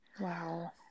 Wow